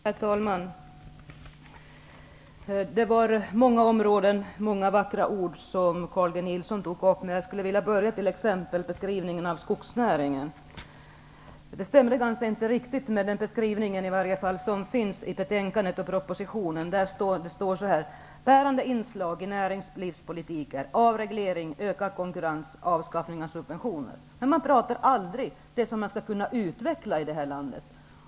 Herr talman! Det var många områden som togs upp och många vackra ord som sades i Carl G Nilssons anförande. Jag skulle vilja börja med beskrivningen av skogsnäringen. Den stämde inte riktigt med den beskrivning som finns i betänkandet och propositionen. Där står: Bärande inslag i näringslivspolitiken är avreglering, ökad konkurrens, avskaffning av subventioner. Men man pratar aldrig om det som kan utvecklas här i landet.